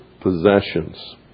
possessions